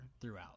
throughout